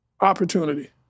opportunity